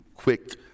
quick